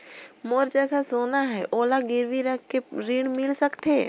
मोर जग सोना है ओला गिरवी रख के ऋण मिल सकथे?